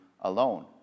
alone